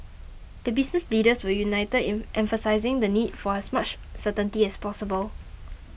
the business leaders were united in emphasising the need for as much certainty as possible